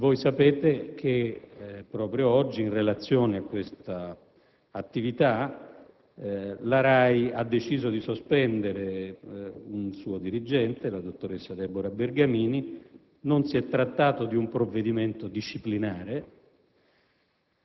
Voi sapete che proprio oggi, in relazione a questa attività, la RAI ha deciso di sospendere un suo dirigente, la dottoressa Deborah Bergamini; non si è trattato di un provvedimento disciplinare,